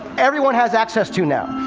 everyone has access to now.